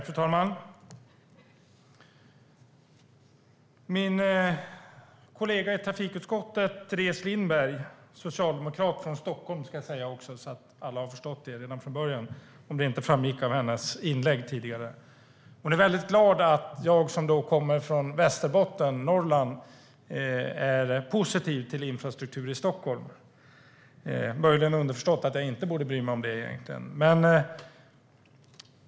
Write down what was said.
Fru talman! Min kollega i trafikutskottet Teres Lindberg, socialdemokrat från Stockholm, ska jag säga också så att alla har förstått det ifall det inte framgick av hennes tidigare inlägg, är glad att jag som kommer från Västerbotten i Norrland är positiv till infrastruktur i Stockholm. Möjligen är det underförstått att jag inte borde bry mig om det egentligen.